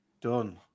Done